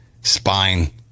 spine